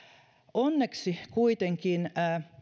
onneksi kuitenkin